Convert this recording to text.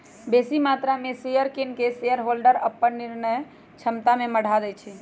बेशी मत्रा में शेयर किन कऽ शेरहोल्डर अप्पन निर्णय क्षमता में बढ़ा देइ छै